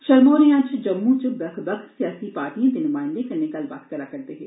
शर्मा होर अज्ज जम्मू इस बक्ख बक्ख सियासी पार्टियें दे नुमायंदे कन्नै गल्लबात करा रदे हे